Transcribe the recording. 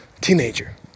teenager